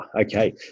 okay